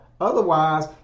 Otherwise